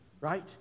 right